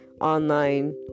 online